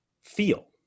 feel